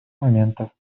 моментов